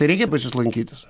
tai reikia pas jus lankytis